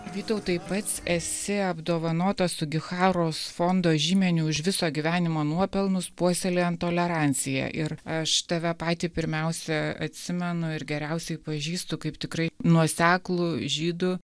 vytautai pats esi apdovanotas sugiharos fondo žymeniu už viso gyvenimo nuopelnus puoselėjant toleranciją ir aš tave patį pirmiausia atsimenu ir geriausiai pažįstu kaip tikrai nuoseklų žydų